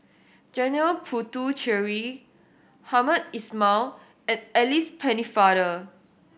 Janil Puthucheary Hamed Ismail and Alice Pennefather